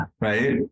right